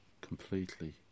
completely